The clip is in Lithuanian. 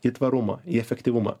į tvarumą į efektyvumą